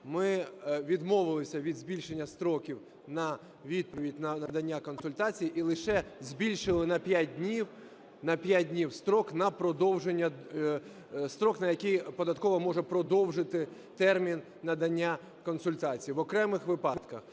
ми відмовилися від збільшення строків на відповідь, на надання консультацій, і лише збільшили на 5 днів строк, на який податкова може продовжити термін надання консультацій в окремих випадках.